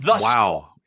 Wow